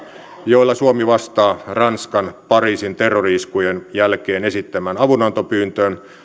joilla suomi vastaa ranskan pariisin terrori iskujen jälkeen esittämään avunantopyyntöön